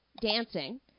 dancing